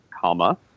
comma